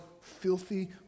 filthy